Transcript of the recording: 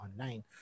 online